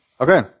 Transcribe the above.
Okay